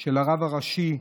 של הרב הראשי,